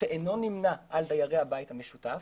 שאינו נמנה על דיירי הבית המשותף,